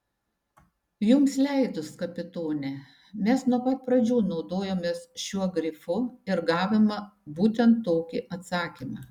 jums leidus kapitone mes nuo pat pradžių naudojomės šiuo grifu ir gavome būtent tokį atsakymą